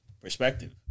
perspective